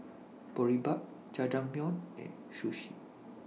Boribap Jajangmyeon and Sushi